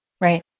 Right